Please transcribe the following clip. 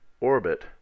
orbit